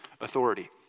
authority